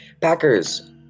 Packers